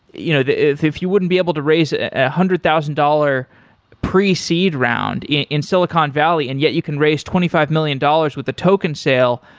you know if if you wouldn't be able to raise ah a hundred thousand dollar pre-seed round in in silicon valley and yet you can raise twenty five million dollars with a token sale,